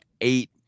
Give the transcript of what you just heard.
eight